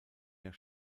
jahr